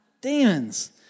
demons